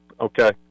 Okay